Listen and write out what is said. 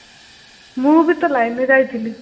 ମୁଁ ବି ତ ଲାଇନ୍ରେ ଯାଇଥିଲି